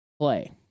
play